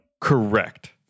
Correct